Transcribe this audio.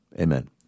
Amen